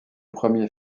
premier